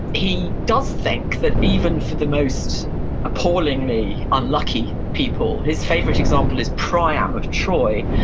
he does think that even for the most appallingly unlucky people, his favorite example is priam of troy,